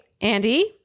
Andy